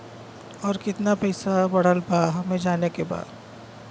और कितना पैसा बढ़ल बा हमे जाने के बा?